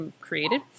created